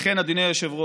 לכן, אדוני היושב-ראש,